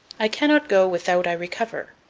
i cannot go without i recover.